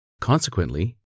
Consequently